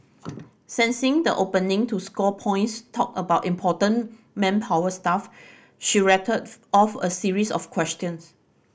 sensing the opening to score points talk about important manpower stuff she rattled off a series of questions